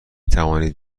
توانید